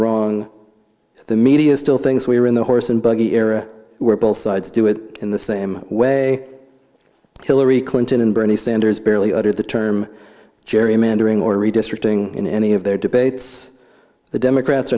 wrong the media still thinks we're in the horse and buggy era where both sides do it in the same way hillary clinton and bernie sanders barely under the term gerrymandering or redistricting in any of their debates the democrats